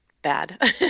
bad